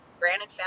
granted